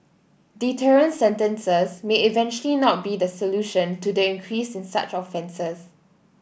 deterrent sentences may eventually not be the solution to the increase in such offences